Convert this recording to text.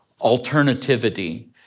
alternativity